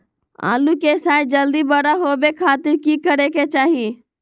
आलू के साइज जल्दी बड़ा होबे खातिर की करे के चाही?